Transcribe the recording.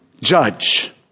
judge